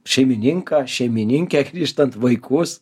šeimininką šeimininkę grįžtant vaikus